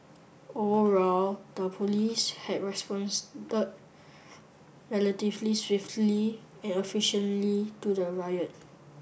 overall the police had responded relatively swiftly and efficiently to the riot